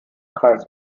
kreis